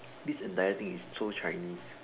this entire thing is so Chinese